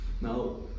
Now